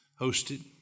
hosted